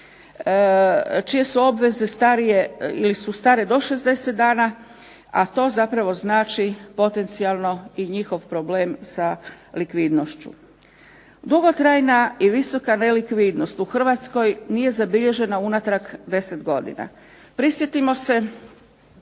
ili su stare do 60 dana, a to znači potencijalno i njihov problem sa likvidnošću. Dugotrajna i visoka nelikvidnost u Hrvatskoj nije zabilježena unatrag 10 godina. Prisjetimo se